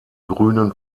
grünen